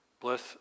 Bless